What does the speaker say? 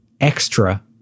extra